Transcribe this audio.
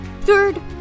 Third